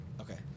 Okay